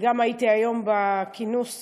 הייתי היום בכינוס